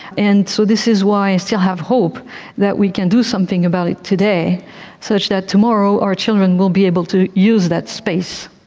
and so this is why i still have hope that we can do something about it today such that tomorrow our children will be able to use that space.